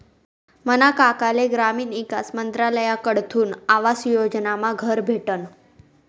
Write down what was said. मना काकाले ग्रामीण ईकास मंत्रालयकडथून आवास योजनामा घर भेटनं